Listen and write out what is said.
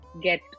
get